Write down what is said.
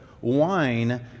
wine